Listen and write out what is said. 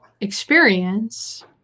experience